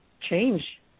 change